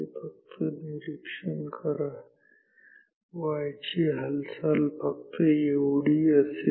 फक्त निरीक्षण करा y ची हालचाल फक्त एवढी असेल